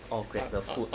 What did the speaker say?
orh Grab the food